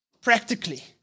practically